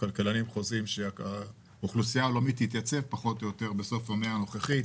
הכלכלנים חוזים שהאוכלוסייה העולמית תתייצב בסוף המאה הנוכחית.